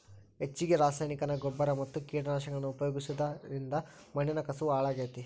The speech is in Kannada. ಹೆಚ್ಚಗಿ ರಾಸಾಯನಿಕನ ಗೊಬ್ಬರ ಮತ್ತ ಕೇಟನಾಶಕಗಳನ್ನ ಉಪಯೋಗಿಸೋದರಿಂದ ಮಣ್ಣಿನ ಕಸವು ಹಾಳಾಗ್ತೇತಿ